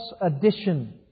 addition